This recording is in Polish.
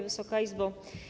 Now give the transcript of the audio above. Wysoka Izbo!